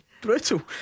brutal